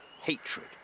hatred